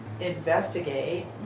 investigate